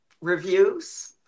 reviews